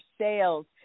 sales